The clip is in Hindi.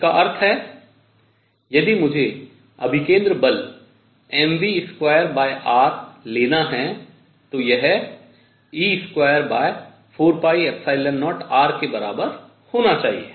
इसका अर्थ है यदि मुझे अभिकेन्द्र बल mv2r लेना है तो यह e240r के बराबर होना चाहिए